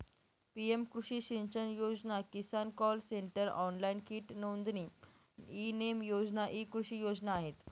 PM Krishi Sinchan Yojana, Kisan call centre, online कीट नोंदणी, e NAM योजना इ कृषी योजना आहेत